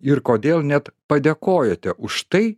ir kodėl net padėkojote už tai